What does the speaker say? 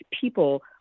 people